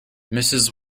mrs